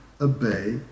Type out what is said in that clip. obey